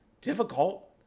difficult